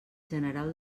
general